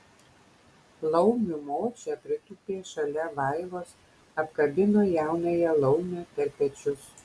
laumių močia pritūpė šalia vaivos apkabino jaunąją laumę per pečius